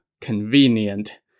convenient